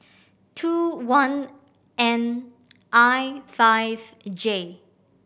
two one N I five J